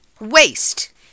waste